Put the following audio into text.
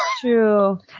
True